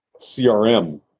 CRM